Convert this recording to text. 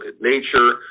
nature